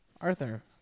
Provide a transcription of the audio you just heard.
Arthur